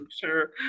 sure